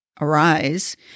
arise